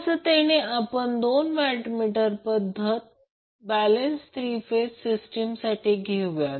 सहजतेसाठी आपण दोन watt meter पद्धत बॅलेन्स तीन सिस्टीम साठी घेऊया